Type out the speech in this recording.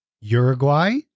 Uruguay